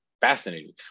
fascinating